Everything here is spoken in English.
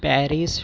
Paris